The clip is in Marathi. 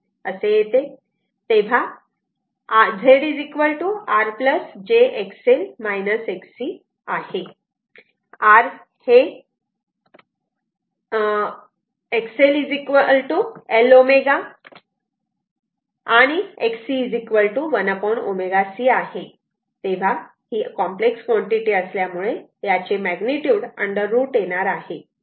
तेव्हा Z R j आहे म्हणजेच हा R हे XL L ω आणि हे Xc 1 ω c आहे तेव्हा ही कॉम्प्लेक्स कॉन्टिटी असल्यामुळे याचे मॅग्निट्युड अंडर रूट येणार आहे